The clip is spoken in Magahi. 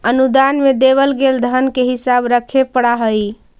अनुदान में देवल गेल धन के हिसाब रखे पड़ा हई